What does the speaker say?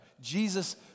Jesus